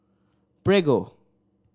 Prego